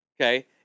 Okay